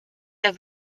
der